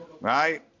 right